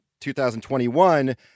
2021